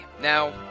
now